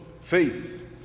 Faith